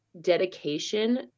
dedication